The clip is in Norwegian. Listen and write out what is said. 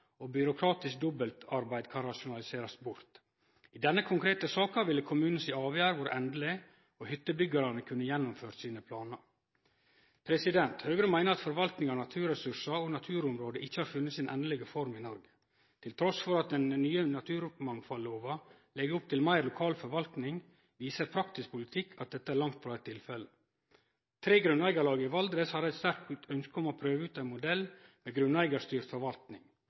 og byråkratisk dobbeltarbeid kan rasjonaliserast bort. I denne konkrete saka ville kommunen si avgjerd vore endeleg, og hyttebyggjarane kunne gjennomført sine planar. Høgre meiner at forvaltning av naturressursar og naturområde ikkje har funne si endelege form i Noreg. Trass i at den nye naturmangfaldlova legg opp til meir lokal forvaltning, viser praktisk politikk at dette langt frå er tilfellet. Tre grunneigarlag i Valdres hadde eit sterkt ønske om å prøve ut ein modell med grunneigarstyrt forvaltning.